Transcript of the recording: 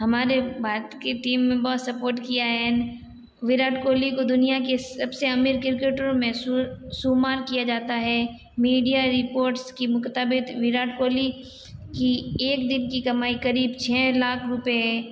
हमारे भारत की टीम में बहुत सपोर्ट किया है विराट कोहली को दुनिया के सबसे अमीर क्रिकेटरों में शुमार किया जाता है मीडिया रिपोर्ट्स के मुताबिक विराट कोहली की एक दिन की कमाई करीब छः लाख रुपए है